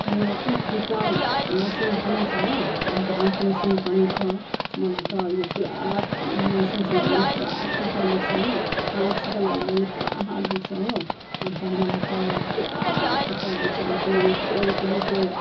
मेरो कि खुट्टा मेसिन पनि छ हो अन्त हाथ मेसिन पनि छ मलाई त यो पुरा मेसिन चलायो भने पुरा खुट्टा दुःख्छ हो हाथ से चलायो भने पुरा हाथ दुःख्छ हो अन्त मलाई त पुरा खुट्टा दुःख्छ अन्त मलाई त इलेक्ट्रिक